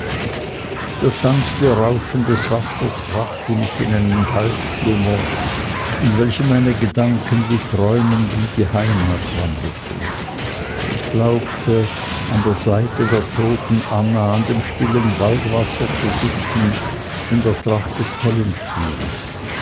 das sanfte rauschen des wassers brachte mich in einen halbschlummer in welchem meine gedanken wie träumend in die heimat wanderten ich glaubte an der seite der toten anna an dem stillen waldwasser zu sitzen in der tracht des